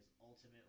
ultimately